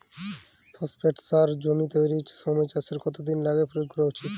Phosphate সার জমি তৈরির সময় চাষের কত দিন আগে প্রয়োগ করা উচিৎ?